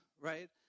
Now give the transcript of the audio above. right